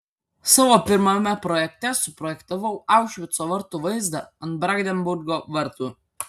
savo pirmame projekte suprojektavau aušvico vartų vaizdą ant brandenburgo vartų